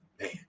man